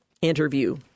interview